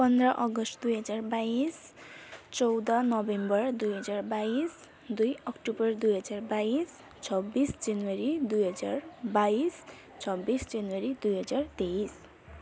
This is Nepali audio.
पन्ध्र अगस्ट दुई हजार बाइस चौध नोभेम्बर दुई हजार बाइस दुई अक्टोबर दुई हजार बाइस छब्बिस जनवरी दुई हजार बाइस छब्बिस जनवरी दुई हजार तेइस